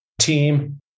team